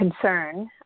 concern